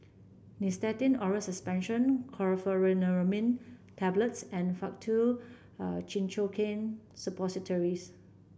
Nystatin Oral Suspension Chlorpheniramine Tablets and Faktu Cinchocaine Suppositories